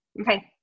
Okay